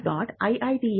iitm